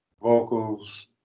vocals